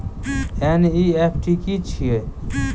NEFT की छीयै?